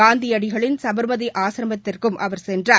காந்தியடிகளின் சபர்மதி ஆசிரமத்திற்கும் அவர் சென்றார்